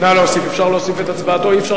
את הצעת חוק לתיקון פקודת הנישואין והגירושין (רישום)